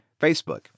Facebook